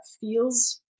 feels